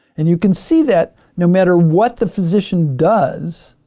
and you can see that no matter what the physician does